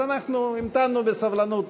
אז אנחנו המתנו בסבלנות.